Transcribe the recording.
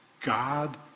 God